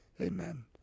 amen